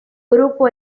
grupo